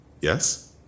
Yes